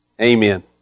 Amen